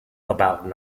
about